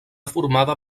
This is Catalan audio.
formada